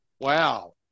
wow